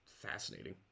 fascinating